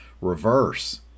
reverse